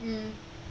mm